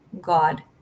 God